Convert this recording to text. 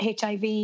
HIV